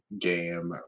game